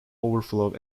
overflow